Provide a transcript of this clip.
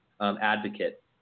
advocate